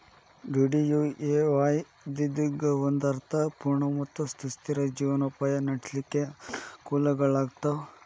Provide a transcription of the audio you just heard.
DDUAY ಇದ್ದಿದ್ದಕ್ಕ ಒಂದ ಅರ್ಥ ಪೂರ್ಣ ಮತ್ತ ಸುಸ್ಥಿರ ಜೇವನೊಪಾಯ ನಡ್ಸ್ಲಿಕ್ಕೆ ಅನಕೂಲಗಳಾಗ್ತಾವ